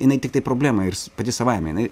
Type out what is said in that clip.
jinai tiktai problema ir pati savaime jinai